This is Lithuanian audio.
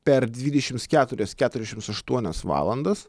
per dvidešimts keturias keturiasdešimts aštuonias valandas